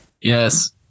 Yes